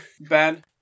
Ben